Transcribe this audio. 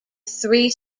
three